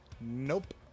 Nope